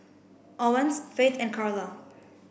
Owens Faith and Karla